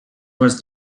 was